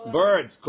birds